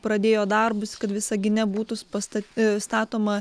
pradėjo darbus kad visagine būtų spasta ee statoma